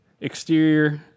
Exterior